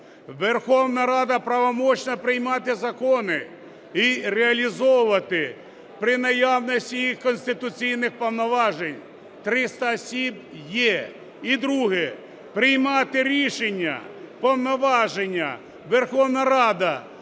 Верховна Рада правоможна приймати закони і реалізовувати при наявності їх конституційних повноважень – 300 осіб є. І друге, приймати рішення, повноваження Верховна Рада